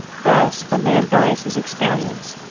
thus a man buys his experience,